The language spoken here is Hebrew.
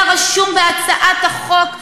היה רשום בהצעת החוק,